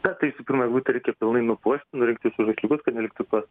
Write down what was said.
kartais visų pirmą eglutę reikia pilnai nupuošt nurinkti visus žaisliukus kad neliktų tos